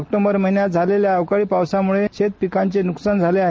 October महिन्यात झालेल्या अवकाळी वेभागातील शेतपिकांचे नुकसान झाले आहे